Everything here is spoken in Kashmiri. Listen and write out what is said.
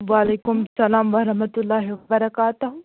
وعلیکُم اسلام وَرَحمَةُ اللهِ وَبركاتهُ